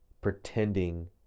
pretending